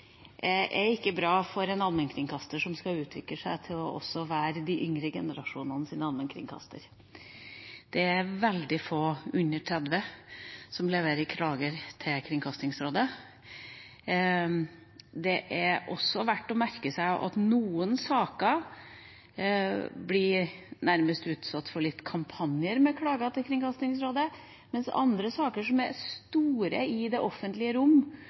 er bra for en allmennkringkaster som skal utvikle seg til også å være de yngre generasjonenes allmennkringkaster. Det er veldig få under 30 år som leverer klager til Kringkastingsrådet. Det er også verdt å merke seg at noen saker nærmest blir utsatt for kampanjer med klager til Kringkastingsrådet, mens saker knyttet til dekningen og profilen på NRKs programmer som er store i det offentlige rom,